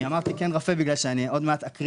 אני אמרתי כן רפה כי אני עוד מעט אקריא